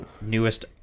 newest